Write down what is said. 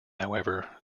however